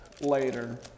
later